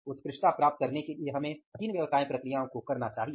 उत्कृष्टता प्राप्त करने के लिए हमें किन व्यवसाय प्रक्रियाओं को करना चाहिए